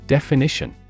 Definition